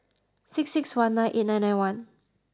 six six one nine eight nine nine one